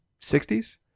60s